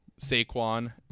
Saquon